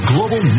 Global